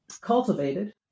cultivated